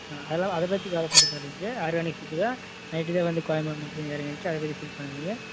ஆ அதெலாம் அதை பற்றி கவலைப்பட தேவையில்லைங்க ஆர்கானிக் ஃபுட்டு தான் நைட்டு தான் வந்து கோயம்பேடு மார்க்கெட்டில் இறங்குனுச்சி அதை பற்றி ஃபீல் பண்ணாதீங்க